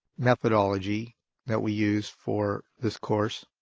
methodology that we use for this course